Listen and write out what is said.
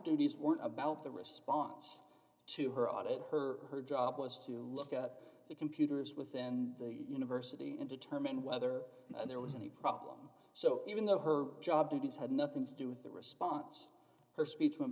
duties were about the response to her audit her job was to look at the computers within the university and determine whether there was any problem so even though her job duties had nothing to do with the response her speech went